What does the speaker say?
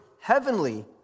heavenly